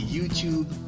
YouTube